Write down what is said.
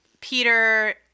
peter